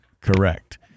Correct